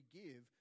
give